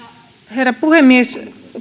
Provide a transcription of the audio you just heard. herra puhemies